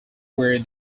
were